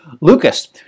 Lucas